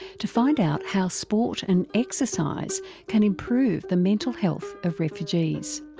to find out how sport and exercise can improve the mental health of refugees.